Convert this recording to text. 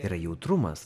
yra jautrumas